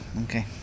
okay